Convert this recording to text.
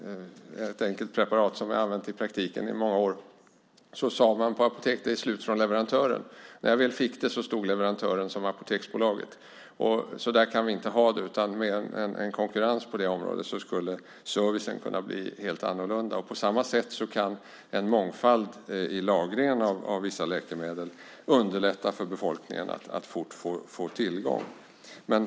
Häromdagen skulle jag skriva ut ett enkelt preparat som jag har använt i praktiken i många år. På apoteket sade man att det är slut hos leverantören. När jag väl fick preparatet stod Apoteksbolaget som leverantör. Så kan vi inte ha det. Med en konkurrens på det området skulle servicen kunna bli helt annorlunda. På samma sätt kan en mångfald i lagringen av vissa läkemedel underlätta för befolkningen att fort få tillgång till dem.